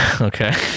Okay